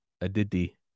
Aditi